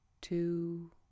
two